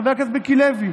חבר הכנסת מיקי לוי.